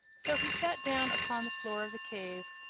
so he sat down upon the floor of the cave,